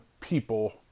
people